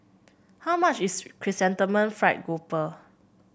how much is Chrysanthemum Fried Garoupa